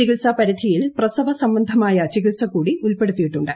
ചികിത്സാപരിധിയിൽ പ്രസവസംബന്ധമായ ചികിത്സ കൂടി ഉൾപ്പെടുത്തി യിട്ടുണ്ട്